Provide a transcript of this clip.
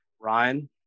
Ryan